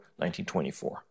1924